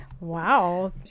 wow